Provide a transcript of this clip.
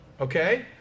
okay